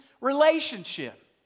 relationship